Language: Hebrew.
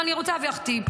אבל אני רוצה לתת לך טיפ.